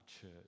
church